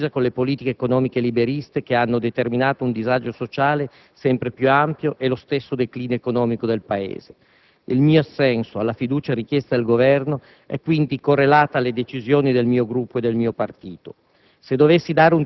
una rottura decisa con le politiche economiche liberiste che hanno determinato un disagio sociale sempre più ampio e lo stesso declino economico del Paese. Il mio assenso alla fiducia richiesta dal Governo è quindi correlata alle decisioni del mio Gruppo e del partito